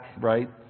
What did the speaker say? right